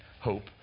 hope